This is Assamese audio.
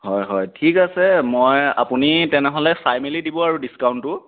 হয় হয় ঠিক আছে মই আপুনি তেনেহ'লে চাই মেলি দিব আৰু ডিছকাউণ্টটো